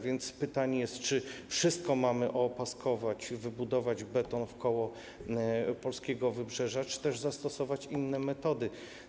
Więc jest pytanie, czy wszystko mamy opaskować, wybudować beton wkoło polskiego wybrzeża, czy też zastosować inne metody.